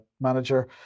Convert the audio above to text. manager